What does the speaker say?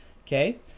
okay